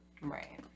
Right